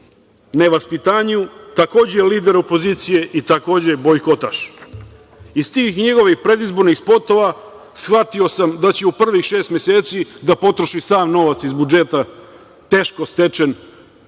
nevaspitanju, takođe lider opozicije i takođe bojkotaš. Iz tih njegovih predizbornih spotova shvatio sam da će u prvih šest meseci da potroši sav novac iz budžeta, teško stečen,